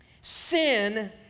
Sin